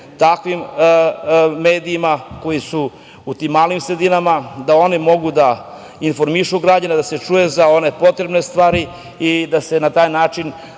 takvim medijima koji su u tim malim sredinama, da oni mogu da informišu građane, da se čuje za one potrebne stvari da se na taj način